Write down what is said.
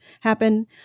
happen